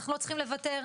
אנחנו לא צריכים לוותר.